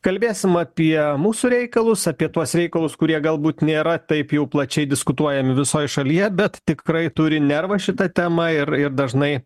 kalbėsim apie mūsų reikalus apie tuos reikalus kurie galbūt nėra taip jau plačiai diskutuojami visoj šalyje bet tikrai turi nervą šita tema ir ir dažnai